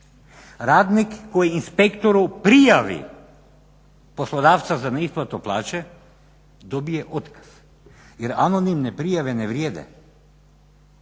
radnik koji inspektoru prijavi poslodavca za neisplatu plaće dobije otkaz, jer anonimne prijave ne vrijede,